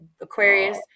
Aquarius